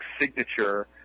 signature